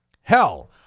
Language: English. Hell